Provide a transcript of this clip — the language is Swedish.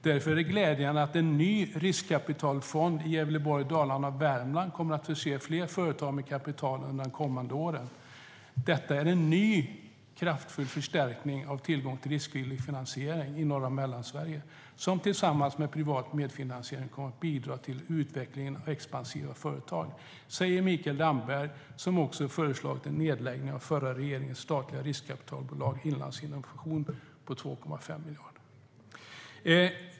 Därför är det glädjande att en ny riskkapitalfond i Gävleborg, Dalarna och Värmland kommer att förse fler företag med kapital under de kommande åren. Detta är en ny kraftfull förstärkning av tillgången till riskvillig finansiering i Norra Mellansverige som tillsammans med privat medfinansiering kommer att bidra till utveckling av expansiva företag, säger Mikael Damberg." Det säger alltså Mikael Damberg som också har föreslagit en nedläggning av den förra regeringens statliga riskkapitalbolag Inlandsinnovation med ett kapital på 2,5 miljarder.